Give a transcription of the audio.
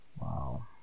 Wow